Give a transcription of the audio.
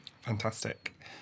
Fantastic